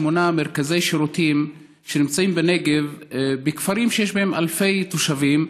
שמונה מרכזי שירותים שנמצאים בנגב בכפרים שיש בהם אלפי תושבים,